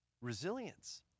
resilience